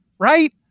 right